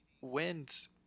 wins